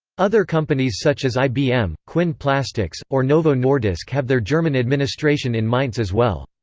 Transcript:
other companies such as ibm, quinn plastics, or novo nordisk have their german administration in mainz as well.